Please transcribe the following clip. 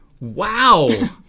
Wow